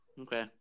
Okay